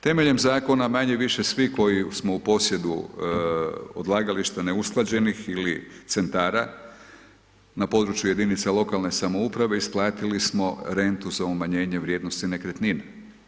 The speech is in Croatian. Temeljem zakona manje-više svi koji smo u posjedu odlagališta neusklađenih ili centara, na području jedinica lokalne samouprave, isplatili smo rentu za umanjenje vrijednosti nekretnine.